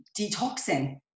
detoxing